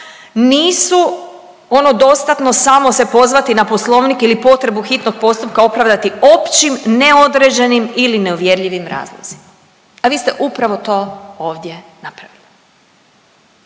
nisu ono dostatno samo se pozvati na Poslovnik ili potrebu hitnog postupka opravdati općim, neodređenim ili neuvjerljivim razlozima, a vi ste upravo to ovdje napravili.